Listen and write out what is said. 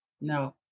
No